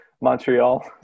Montreal